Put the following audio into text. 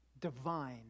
divine